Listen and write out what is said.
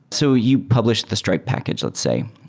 so you publish the strike package, let's say.